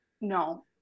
No